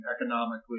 economically